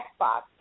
Xbox